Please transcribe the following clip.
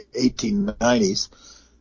1890s